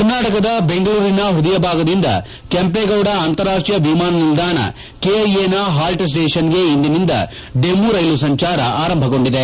ಕರ್ನಾಟಕದ ಬೆಂಗಳೂರಿನ ಹೃದಯ ಭಾಗದಿಂದ ಕೆಂಪೇಗೌಡ ಅಂತಾರಾಷ್ಷೀಯ ವಿಮಾನ ನಿಲ್ದಾಣ ಕೆಐಎನ ಹಾಲ್ಟ್ ಸ್ನೇಷನ್ಗೆ ಇಂದಿನಿಂದ ಡೆಮು ರೈಲು ಸಂಚಾರ ಆರಂಭಗೊಂಡಿದೆ